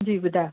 जी ॿुधायो